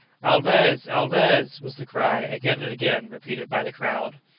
alvez! alvez! was the cry again and again repeated by the crowd.